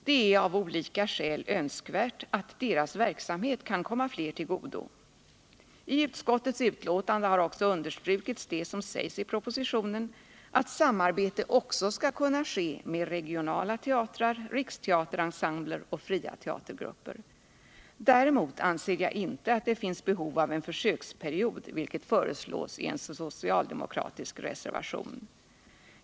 Det är av olika skäl önskvärt att deras verksamhet kan komma fler till godo. I utskottets betänkande har också understrukits det som sägs i propositionen — att samarbete också skall kunna ske med regionala teatrar, riksteaterensembler och fria teatergrupper. Däremot anser jag inte att det finns behov av en försöksperiod, vilket föreslås i en socialdemokratisk reservation.